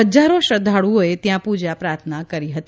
હજારો શ્રધ્ધાળુઓએ ત્યાં પુજા પ્રાર્થના કરી હતી